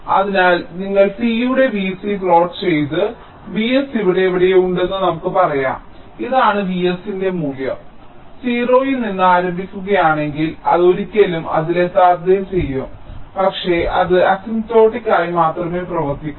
അതിനാൽ നിങ്ങൾ t യുടെ V c പ്ലോട്ട് ചെയ്ത് Vs ഇവിടെ എവിടെയോ ഉണ്ടെന്ന് നമുക്ക് പറയാം ഇതാണ് Vs ന്റെ മൂല്യം നിങ്ങൾ 0 ൽ നിന്ന് ആരംഭിക്കുകയാണെങ്കിൽ അത് ഒരിക്കലും അതിൽ എത്താത്തത് ചെയ്യും പക്ഷേ അത് അസിംപ്റ്റോട്ടിക്ക് ആയി മാത്രമേ പ്രവർത്തിക്കൂ